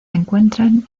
encuentran